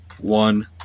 one